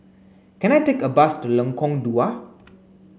can I take a bus to Lengkong Dua